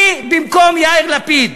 אני במקום יאיר לפיד,